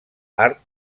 art